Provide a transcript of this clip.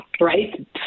right